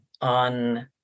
on